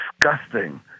disgusting